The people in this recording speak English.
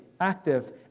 active